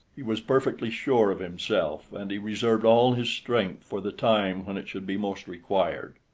he was perfectly sure of himself, and he reserved all his strength for the time when it should be most required.